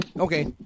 Okay